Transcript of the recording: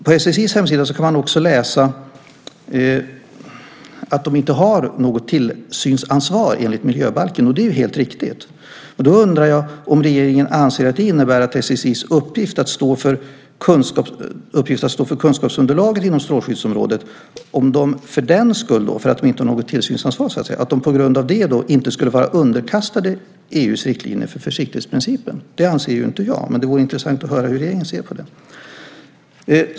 På SSI:s hemsida kan man också läsa att de inte har något tillsynsansvar enligt miljöbalken, och det är ju helt riktigt. Då undrar jag om regeringen anser att det innebär att SSI:s uppgift att stå för kunskapsunderlaget på strålskyddsområdet inte skulle vara underkastat EU:s riktlinjer för försiktighetsprincipen, på grund av att de inte har något tillsynsansvar. Det anser ju inte jag, men det vore intressant att höra hur regeringen ser på det.